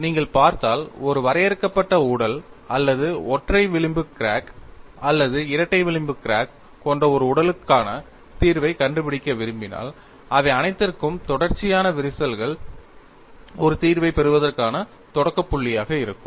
நீங்கள் பார்த்தால் ஒரு வரையறுக்கப்பட்ட உடல் அல்லது ஒற்றை விளிம்பு கிராக் அல்லது இரட்டை விளிம்பு கிராக் கொண்ட ஒரு உடலுக்கான தீர்வைக் கண்டுபிடிக்க விரும்பினால் அவை அனைத்திற்கும் தொடர்ச்சியான விரிசல்கள் ஒரு தீர்வைப் பெறுவதற்கான தொடக்க புள்ளியாக இருக்கும்